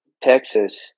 Texas